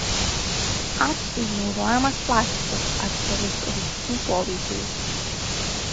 actui naudojamas plastikas atsparus rūgščių poveikiui